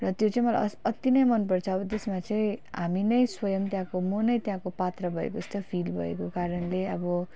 र त्यो चाहिँ मलाई अति नै मन पर्छ अब त्यसमा चाहिँ हामी नै स्वयम् त्यहाँको म नै त्यहाँको पात्र भएको जस्तो फिल भएको कारणले अब